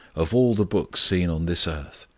of all the books seen on this earth,